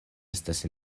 estas